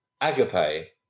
agape